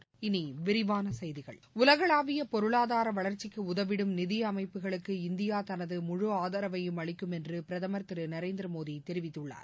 இனி விரிவான செய்திகள் உலகளாவிய பொருளாதார வளர்ச்சிக்கு உதவிடும் நிதி அமைப்புகளுக்கு இந்தியா தனது முழு ஆதரவையும் அளிக்கும் என்று பிரதமர் திரு நரேந்திர மோடி தெரிவித்துள்ளார்